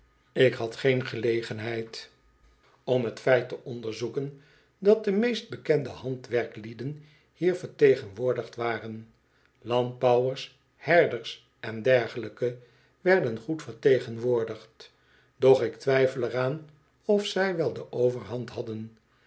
dat de meest bekende handwerken hier vertegenwoordigd waren landbouwers herders en dergelijken werden goed vertegenwoordigd doch ik twijfel er aan of zij wel de overhand hadden